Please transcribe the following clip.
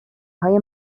های